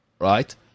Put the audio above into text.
right